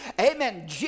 Amen